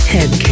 Head